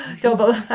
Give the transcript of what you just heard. double